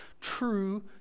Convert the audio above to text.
true